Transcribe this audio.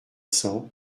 cents